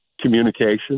communication